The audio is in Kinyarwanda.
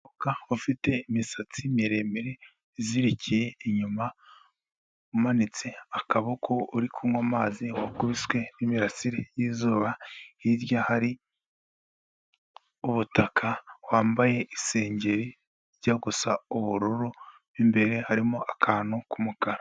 Umukobwa ufite imisatsi miremire izirikiye inyuma, umanitse akaboko uri kunywa amazi wakubiswe n'imirasire y'izuba, hirya hari umutaka, wambaye isengeri ijya gusa ubururu, imbere harimo akantu k'umukara.